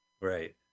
Right